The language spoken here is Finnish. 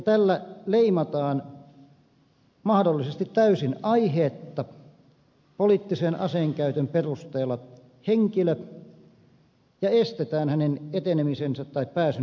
tällä leimataan mahdollisesti täysin aiheetta poliittisen aseen käytön perusteella henkilö ja estetään hänen etenemisensä tai pääsynsä politiikkaan